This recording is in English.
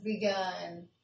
begun